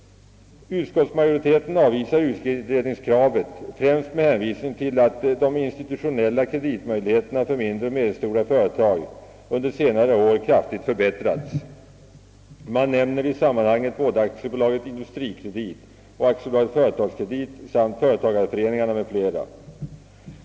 Utskottsmajoriteten avvisar utredningskravet främst med hänvisning till att de institutionella kreditmöjligheterna för mindre och medelstora företag under senare år kraftigt förbättrats. Man nämner i sammanhanget både AB Industrikredit och AB Företagskredit samt företagarföreningarna m.m.